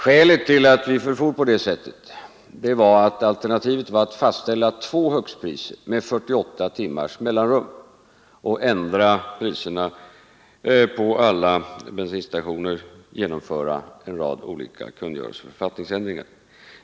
Skälet till att vi förfor på det sättet var att alternativet var att fastställa två högstpriser med 48 timmars mellanrum och ändra priserna på alla bensinstationer samt genomföra en rad olika kungörelser och författningsändringar.